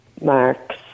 marks